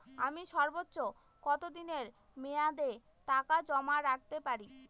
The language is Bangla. আমি সর্বোচ্চ কতদিনের মেয়াদে টাকা জমা রাখতে পারি?